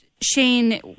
Shane